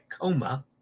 coma